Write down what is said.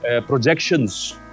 projections